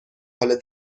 حال